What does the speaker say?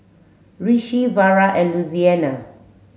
Rishi Vara and Louisiana